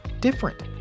different